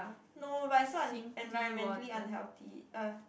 no but it's so un~ environmentally unhealthy ugh